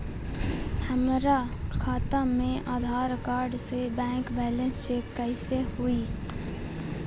हमरा खाता में आधार कार्ड से बैंक बैलेंस चेक कैसे हुई?